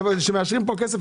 מאשרים פה כסף,